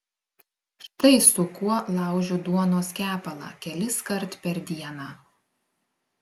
štai su kuo laužiu duonos kepalą keliskart per dieną